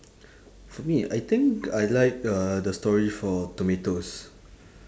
for me I think I like uh the story for tomatoes